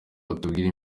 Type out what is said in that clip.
atubwire